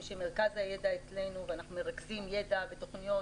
שמרכז הידע אצלנו ואנחנו מרכזים ידע ותוכניות